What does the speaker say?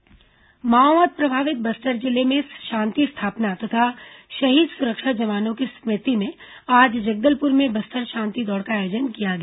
बस्तर शांति दौड़ माओवाद प्रभावित बस्तर जिले में शांति स्थापना तथा शहीद सुरक्षा जवानों की स्मृति में आज जगदलपुर में बस्तर शांति दौड़ का आयोजन किया गया